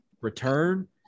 return